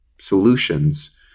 solutions